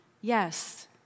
yes